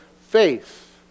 faith